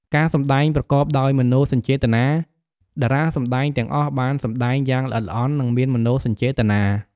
ការសម្ដែងប្រកបដោយមនោសញ្ចេតនា: តារាសម្តែងទាំងអស់បានសម្តែងយ៉ាងល្អិតល្អន់ និងមានមនោសញ្ចេតនា។